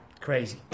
crazy